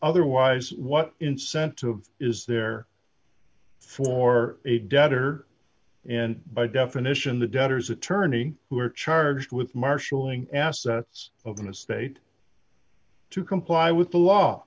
otherwise what incentive is there for a debtor and by definition the debtors attorney who are charged with marshalling assets of an estate to comply with the law